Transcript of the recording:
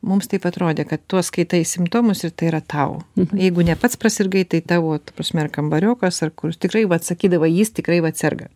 mums taip atrodė kad tuos skaitai simptomus ir tai yra tau jeigu ne pats prasirgai tai tavo ta prasme ar kambariokas ar kur tikrai vat sakydavo jis tikrai vat serga